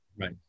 Right